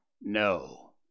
No